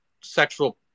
sexual